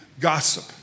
gossip